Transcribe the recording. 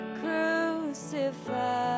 crucified